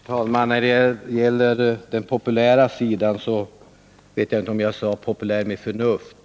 Herr talman! När det gäller frågan om popularitet tror jag inte att jag sade ”populär med förnuft”.